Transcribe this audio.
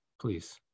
please